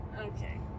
Okay